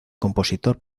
compositor